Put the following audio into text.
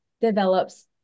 develops